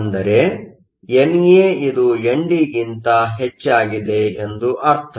ಅಂದರೆ NA ಇದು ND ಗಿಂತ ಹೆಚ್ಚಾಗಿದೆ ಎಂದು ಅರ್ಥ